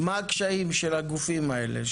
מה הקשיים של הגופים האלה?